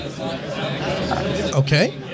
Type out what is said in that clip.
Okay